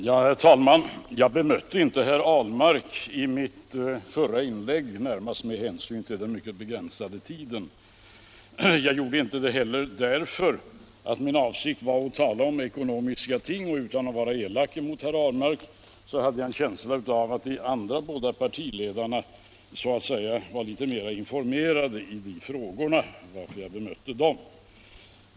Herr talman! Jag bemötte inte herr Ahlmark i mitt förra inlägg, närmast med hänsyn till den mycket begränsade tiden. Jag gjorde det inte heller därför att min avsikt var att tala om ekonomiska ting, och utan att vilja vara elak mot herr Ahlmark hade jag en känsla av att de båda andra partiledarna var litet mera informerade i de frågorna, varför jag bemötte dem.